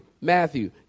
Matthew